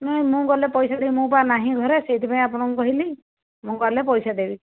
ନାଇଁ ମୁଁ ଗଲେ ପଇସା ଦେବି ମୁଁ ପା ନାହିଁ ଘରେ ସେଇଥିପାଇଁ ଆପଣଙ୍କୁ କହିଲି ମୁଁ ଗଲେ ପଇସା ଦେବି